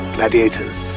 Gladiators